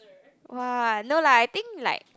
[wah] no lah I think like